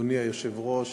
אדוני היושב-ראש,